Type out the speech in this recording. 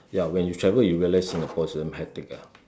ya when you travel you realise Singapore is damn hectic ah